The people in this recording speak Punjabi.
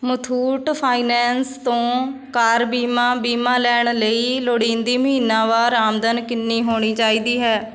ਮਥੂਟ ਫਾਈਨੈਂਸ ਤੋਂ ਕਾਰ ਬੀਮਾ ਬੀਮਾ ਲੈਣ ਲਈ ਲੋੜੀਂਦੀ ਮਹੀਨਾਵਾਰ ਆਮਦਨ ਕਿੰਨੀ ਹੋਣੀ ਚਾਹੀਦੀ ਹੈ